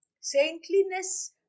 Saintliness